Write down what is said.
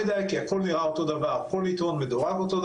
לתלמידי תיכון ויסודי.